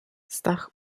stach